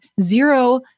zero